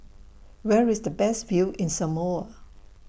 Where IS The Best View in Samoa